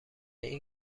این